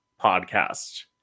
podcast